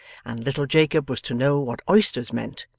and little jacob was to know what oysters meant,